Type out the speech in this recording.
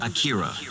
Akira